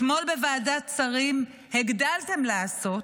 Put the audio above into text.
אתמול בוועדת שרים הגדלתם לעשות